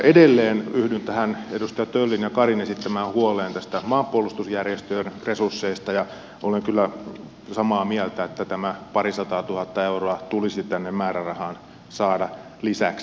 edelleen yhdyn tähän edustaja töllin ja karin esittämään huoleen näistä maanpuolustusjärjestöjen resursseista ja olen kyllä samaa mieltä että tämä parisataatuhatta euroa tulisi tänne määrärahaan saada lisäksi